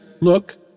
look